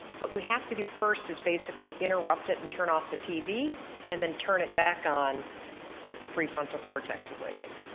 what we have to do first is basically interrupt it and turn off the tv and then turn it back on with the prefrontal cortex awakened,